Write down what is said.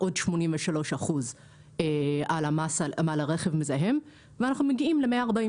עוד 83% על רכב מזהם ואנחנו מגיעים ל-140,